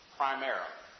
primarily